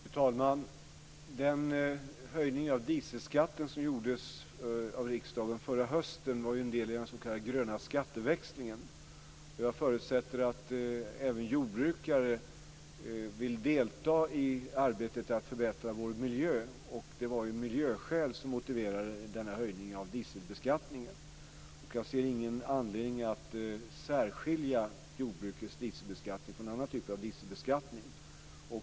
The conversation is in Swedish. Fru talman! Den höjning av dieselskatten som beslutades av riksdagen förra hösten är en del i den s.k. gröna skatteväxlingen. Jag förutsätter att även jordbrukare vill delta i arbetet med att förbättra vår miljö, och det var miljöskäl som motiverade denna höjning av dieselbeskattningen. Jag ser ingen anledning att särskilja jordbrukets dieselbeskattning från andra typer av dieselbeskattning.